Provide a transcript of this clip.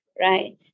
right